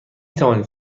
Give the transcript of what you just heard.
توانید